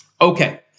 Okay